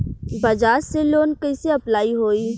बज़ाज़ से लोन कइसे अप्लाई होई?